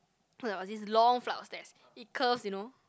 so like there was this long flight of stairs it curves you know